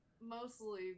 Mostly